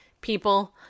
people